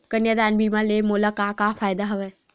कन्यादान बीमा ले मोला का का फ़ायदा हवय?